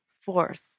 force